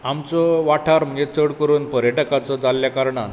आमचो वाठार म्हणजे चड करून पर्यटकाचो जाल्ल्या कारणान